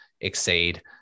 exceed